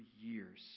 years